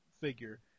figure